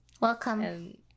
Welcome